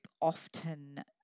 often